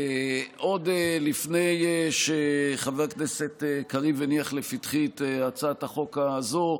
עוד לפני שחבר הכנסת קריב הניח לפתחי את הצעת החוק הזו,